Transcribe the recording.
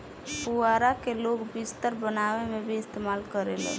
पुआरा के लोग बिस्तर बनावे में भी इस्तेमाल करेलन